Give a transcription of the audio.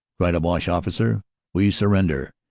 cried a boche officer we sur render.